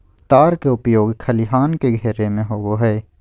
तार के उपयोग खलिहान के घेरे में होबो हइ